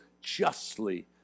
justly